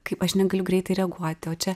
kaip aš negaliu greitai reaguoti o čia